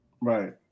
right